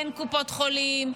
אין קופות חולים,